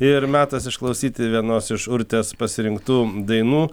ir metas išklausyti vienos iš urtės pasirinktų dainų